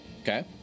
Okay